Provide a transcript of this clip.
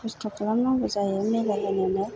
खस्त' खालामनांगौ जायो मिलायहोनोनो